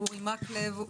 אורי מקלב,